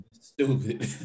Stupid